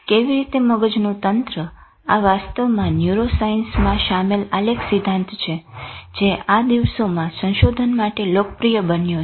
કેવી રીતે મગજનું તંત્ર આ વાસ્તવમાં ન્યુરોસાયન્સમાં સામેલ આલેખ સિદ્ધાંત છે જે આ દિવસોમાં સંશોધન માટે લોકપ્રિય બન્યો છે